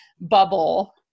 bubble